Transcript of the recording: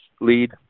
lead